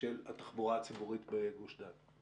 של התחבורה הציבורית בגוש דן,